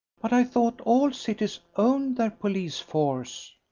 but i thought all cities owned their police force.